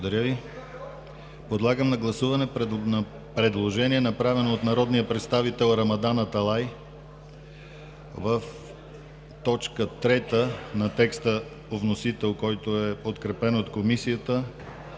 не е прието. Подлагам на гласуване предложение, направено от народния представител Рамадан Аталай в т. 3 на текста по вносител, който е подкрепен от Комисията,